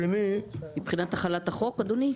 מבחינת החלת החוק אדוני?